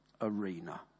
arena